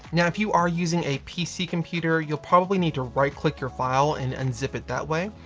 now if you are using a pc computer, you'll probably need to right click your file and unzip it that way.